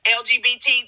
LGBT